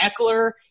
Eckler